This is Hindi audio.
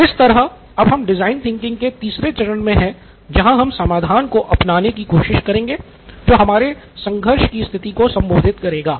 तो इस तरह अब हम डिजाइन थिंकिंग के तीसरे चरण मे है जहां हम समाधान को अपनाने कि कोशिश करेंगे जो हमारे संघर्ष की स्थिति को संबोधित करेगा